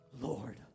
Lord